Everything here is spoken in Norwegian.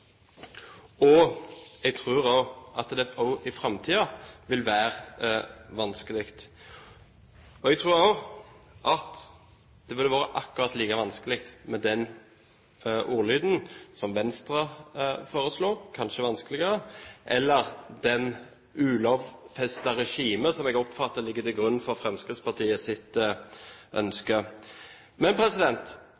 og jeg tror at det også i framtiden vil være vanskelig. Jeg tror også at det vil være akkurat like vanskelig med den ordlyden som Venstre foreslår, kanskje vanskeligere, eller med det ulovfestede regimet som jeg oppfatter ligger til grunn for